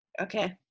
Okay